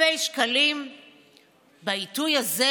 אלפי שקלים בעיתוי הזה.